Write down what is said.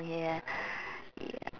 ya ya